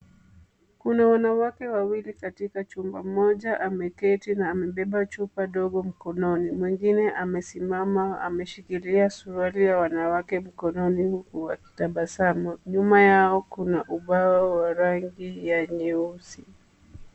Kuna wanawake wawili katika chumba, mmoja ameketi na amebeba chupa ndogo mkononi. Mwingine amesimama ameshikilia suruali ya wanawake mkononi huku akitabasamu. Nyuma yao kuna ubao wa rangi ya nyeusi.